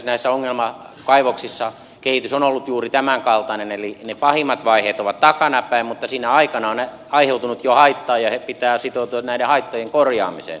itse asiassa näissä ongelmakaivoksissa kehitys on ollut juuri tämänkaltainen eli ne pahimmat vaiheet ovat takanapäin mutta sinä aikana on aiheutunut jo haittaa ja heidän pitää sitoutua näiden haittojen korjaamiseen